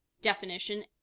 definition